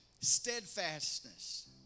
steadfastness